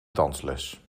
dansles